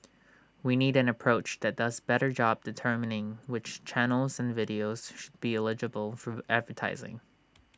we need an approach that does better job determining which channels and videos should be eligible for advertising